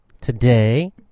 today